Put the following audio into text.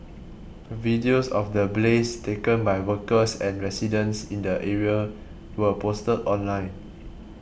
videos of the blaze taken by workers and residents in the area were posted online